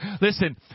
Listen